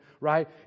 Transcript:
right